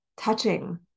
Touching